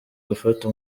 gufata